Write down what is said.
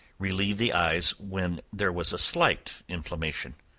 relieve the eyes when there was slight inflammation.